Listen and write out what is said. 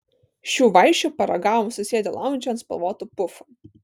šių vaišių paragavom susėdę laundže ant spalvotų pufų